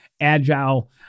agile